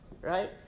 right